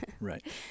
Right